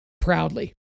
proudly